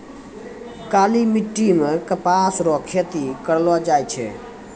काली मिट्टी मे कपास रो खेती करलो जाय छै